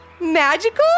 magical